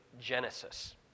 Genesis